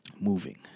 moving